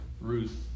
Ruth